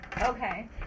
Okay